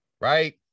right